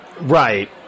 right